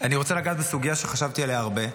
אני רוצה לגעת בסוגיה שחשבתי עליה הרבה.